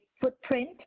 footprint